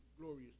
Glorious